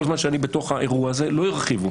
אמרתי שכל זמן שאני בתוך האירוע הזה, לא ירחיבו.